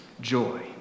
joy